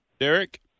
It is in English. Derek